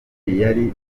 yari